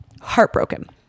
heartbroken